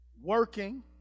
working